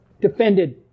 defended